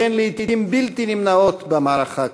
שהן לעתים בלתי נמנעות במערכה כזאת,